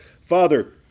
Father